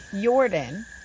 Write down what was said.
Jordan